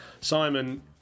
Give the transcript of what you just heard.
Simon